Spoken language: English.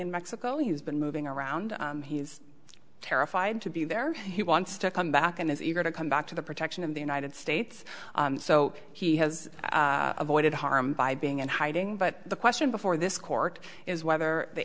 in mexico he's been moving around he's terrified to be there he wants to come back and is eager to come back to the protection of the united states so he has avoided harm by being in hiding but the question before this court is whether the